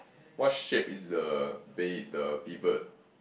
what shape is the bay the pivot